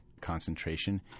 concentration